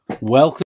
Welcome